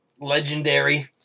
Legendary